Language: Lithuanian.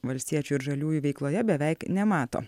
valstiečių ir žaliųjų veikloje beveik nemato